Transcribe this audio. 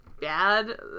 bad